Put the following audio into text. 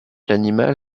l’animal